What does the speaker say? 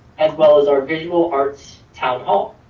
as well as our visual arts town hall.